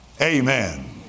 Amen